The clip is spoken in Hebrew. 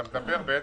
אתה מדבר על